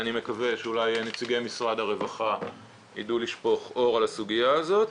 אני מקווה שאולי נציגי משרד הרווחה יידעו לשפוך אור על הסוגיה הזאת.